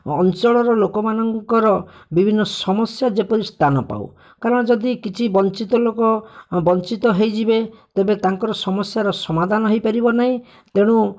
ଅଞ୍ଚଳର ଲୋକମାନଙ୍କର ବିଭିନ୍ନ ସମସ୍ୟା ଯେପରି ସ୍ଥାନ ପାଉ କାରଣ ଯଦି କିଛି ବଞ୍ଚିତ ଲୋକ ବଞ୍ଚିତ ହେଇଯିବେ ତେବେ ତାଙ୍କର ସମସ୍ୟାର ସମାଧାନ ହେଇପାରିବ ନାଇ ତେଣୁ